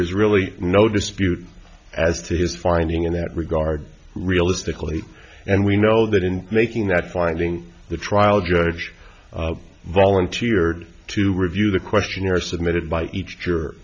is really no dispute as to his finding in that regard realistically and we know that in making that finding the trial judge volunteered to review the questionnaire submitted by each